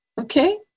Okay